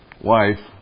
wife